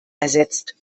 ersetzt